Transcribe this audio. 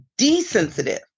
desensitive